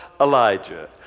Elijah